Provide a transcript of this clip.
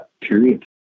period